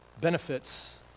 benefits